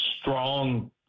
strong